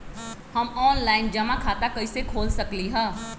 हम ऑनलाइन जमा खाता कईसे खोल सकली ह?